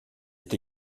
est